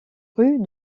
rue